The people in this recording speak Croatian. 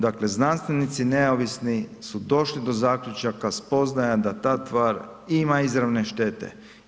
Dakle, znanstvenici neovisni su došli do zaključaka spoznaja da ta tvar ima izravne štete.